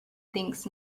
thinks